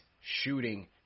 shooting